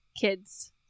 Kids